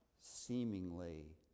Seemingly